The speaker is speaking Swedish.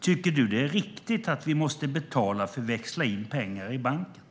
Tycker du att det är riktigt att vi måste betala för att växla in pengar i banken?